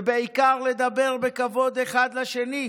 ובעיקר לדבר בכבוד אחד לשני,